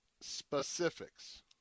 specifics